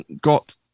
got